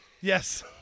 yes